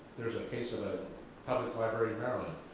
there's a case of a public library maryland,